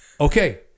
okay